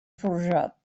forjat